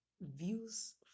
views